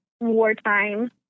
wartime